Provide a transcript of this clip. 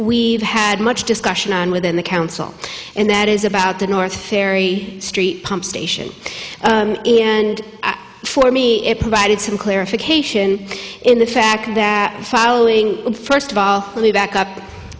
we've had much discussion on within the council and that is about the north ferry street pump station and for me it provided some clarification in the fact that following first of all let me back up